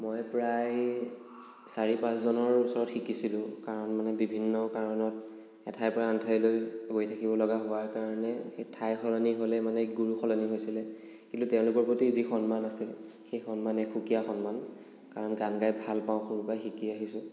মই প্ৰায় চাৰি পাঁচজনৰ ওচৰত শিকিছিলোঁ কাৰণ মানে বিভিন্ন কাৰণত এঠাইৰপৰা আনঠাইলৈ গৈ থাকিব লগা হোৱাৰ কাৰণে ঠাই সলনি হ'লে মানে গুৰু সলনি হৈছিলে কিন্তু তেওঁলোকৰ প্ৰতি যি সন্মান আছিল সেই সন্মান সুকীয়া সন্মান কাৰণ গান গাই ভালপাওঁ সৰুৰপৰা শিকি আহিছোঁ